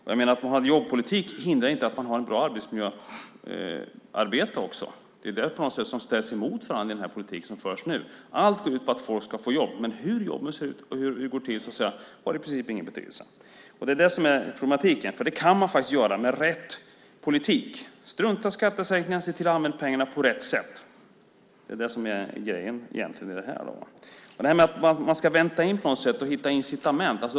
Att man har en jobbpolitik hindrar inte att man också har ett bra arbetsmiljöarbete. Det ställs på något sätt mot varandra i den politik som nu förs. Allt går ut på att människor ska få jobb. Men hur jobben ser ut och hur det går till har i princip ingen betydelse. Det är problematiken. Det kan man lösa med rätt politik. Strunta i skattesänkningarna och se till att använda pengarna på rätt sätt. Det är egentligen grejen. Man talar om att vänta in och på något sätt hitta incitament.